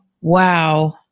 Wow